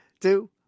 two